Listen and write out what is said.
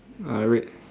uh red